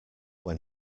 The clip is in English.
when